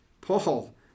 Paul